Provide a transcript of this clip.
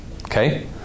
Okay